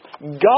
God